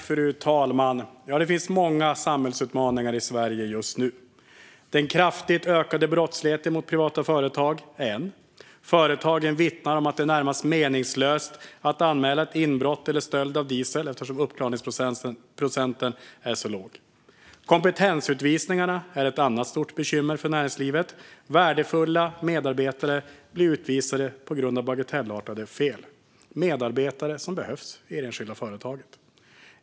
Fru talman! Det finns många samhällsutmaningar i Sverige just nu. Den kraftigt ökade brottsligheten mot privata företag är en. Företagen vittnar om att det är närmast meningslöst att anmäla inbrott eller stöld av diesel eftersom uppklaringsprocenten är så låg. Kompetensutvisningarna är ett annat stort bekymmer för näringslivet. Värdefulla medarbetare blir utvisade på grund av bagatellartade fel - medarbetare som behövs i det enskilda företaget.